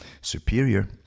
superior